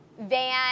van